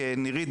נירית,